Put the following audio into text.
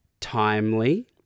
timely